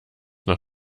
noch